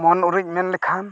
ᱢᱚᱱ ᱩᱨᱤᱡ ᱢᱮᱱ ᱞᱮᱠᱷᱟᱱ